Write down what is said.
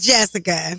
Jessica